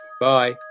Bye